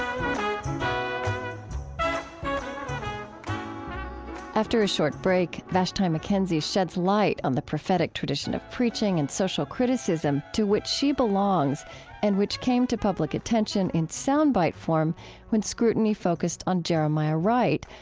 um after a short break, vashti mckenzie sheds light on the prophetic tradition of preaching and social criticism to which she belongs and which came to public attention in sound bite form when scrutiny focused on jeremiah wright,